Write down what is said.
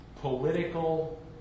political